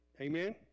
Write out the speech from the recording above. Amen